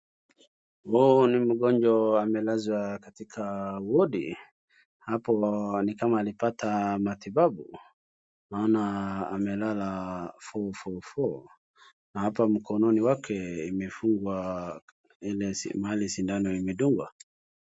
Huu ni mgonjwa amelazwa katika wodi. Hapo ni kama alipata matibabu maana amelala fofofo na hapa mkononi wake imefungwa mahali sindano imedungwa.